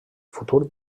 futur